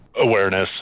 Awareness